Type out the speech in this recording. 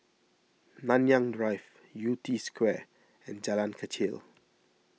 Nanyang Drive Yew Tee Square and Jalan Kechil